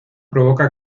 provoca